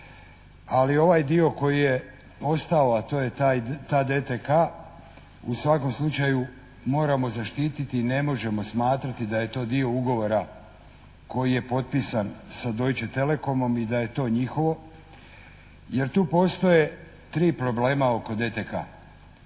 Ali ovaj dio koji je ostao, a to je ta DTK u svakom slučaju moramo zaštiti, ne možemo smatrati da je to dio ugovora koji je potpisan sa Deutsche Telekomom i da je to njihovo. Jer tu postoje 3 problema oko DTK.